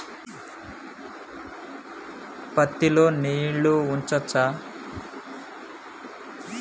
పత్తి లో నీళ్లు ఉంచచ్చా?